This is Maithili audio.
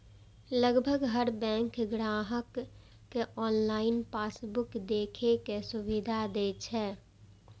लगभग हर बैंक ग्राहक कें ऑनलाइन पासबुक देखै के सुविधा दै छै